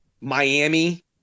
Miami